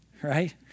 right